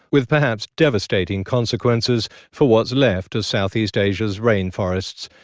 with perhaps devastating consequences for what's left of southeast asia's rain forests.